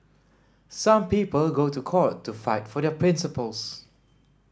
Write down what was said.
some people go to court to fight for their principles